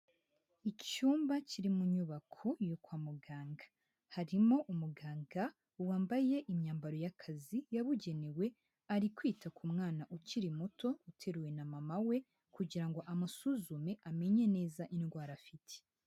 Icyumba kiri mu nyubako yo kwa muganga, harimo umuganga wambaye imyambaro y'akazi yabugenewe ari kwita ku mwana ukiri muto uteruwe na mama we, kugira ngo amusuzume amenye neza indwara afite.